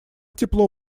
тепло